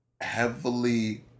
heavily